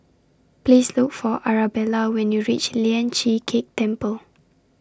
Please Look For Arabella when YOU REACH Lian Chee Kek Temple